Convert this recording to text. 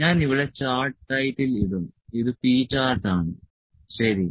ഞാൻ ഇവിടെ chart title ഇടും ഇത് P ചാർട്ട് ആണ് ശരി